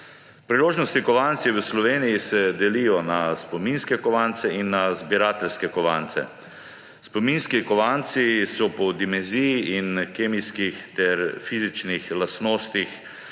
Priložnostni kovanci v Sloveniji se delijo na spominske kovance in na zbirateljske kovance. Spominski kovanci so po dimenziji in kemijskih ter fizičnih lastnostih